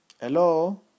Hello